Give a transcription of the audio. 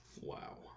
Wow